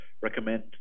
recommend